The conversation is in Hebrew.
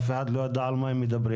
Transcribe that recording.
אף אחד לא ידע על מה הם מדברים.